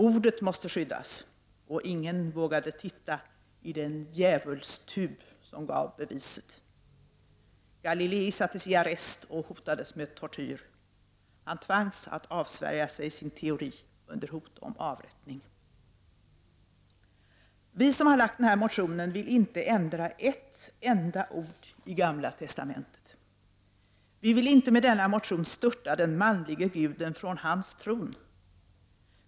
Ordet måste skyddas — och ingen vågade titta i den ”djävulstub” som gav beviset. Galilei sattes i arrest och hotades med tortyr. Han tvangs att avsvärja sig sin teori under hot om avrättning. Vi som har väckt den här motionen vill inte ändra ett enda ord i Gamla testamentet. Vi vill inte med denna motion störta den manlige guden från hans tron.